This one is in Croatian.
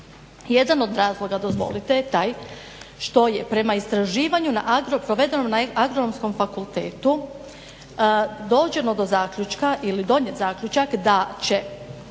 Jedan do razloga dozvolite je taj što je prema istraživanju provedenom na Agronomskom fakultetu dođeno do zaključka ili donijet zaključak da će